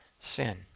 sin